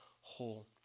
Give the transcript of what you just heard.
whole